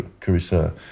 Carissa